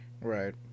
Right